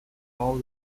all